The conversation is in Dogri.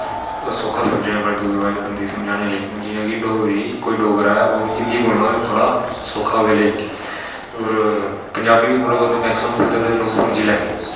सौक्खा समझने दुए बंदे गी समझानें लेई हून जि'यां कोई डोगरी लेई कोई डोगरा ऐ हिन्दी बोलना थोह्ड़ा सौक्खा ऐ ओह्दे लेई होर पंजाबी बी थोह्ड़ा बौह्त मैकसिमम इद्धर दे लोग समझी लैंदे